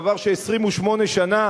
דבר ש-28 שנה